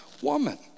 woman